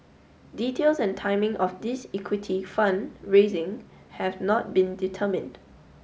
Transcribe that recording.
details and timing of this equity fund raising have not been determined